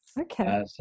Okay